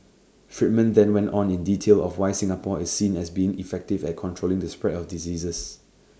Friedman then went on in detail of why Singapore is seen as being effective at controlling the spread of diseases